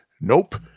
nope